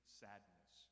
sadness